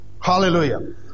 Hallelujah